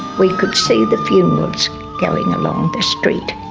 we could see the funerals going along the street.